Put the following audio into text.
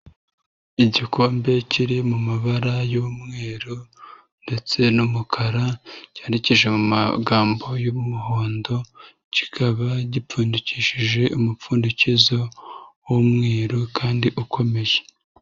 Igikombe kiri mu mabara y'umweru ndetse n'umukara cyandikije mu magambo y'umuhondo, kikaba gipfundikishije umupfundikizo w'umweru kandi ukomeje.